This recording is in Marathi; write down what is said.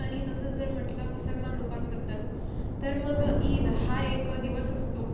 आणि तसं जर म्हटलं मुसलमान लोकांबद्दल तर मग ईद हा एक दिवस असतो